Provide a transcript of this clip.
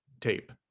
tape